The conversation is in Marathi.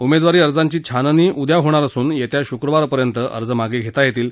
उमेदवारी अर्जांची छाननी उद्या होणार असून येत्या शुक्रवारपर्यंत अर्ज मागे घेता येतील